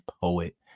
poet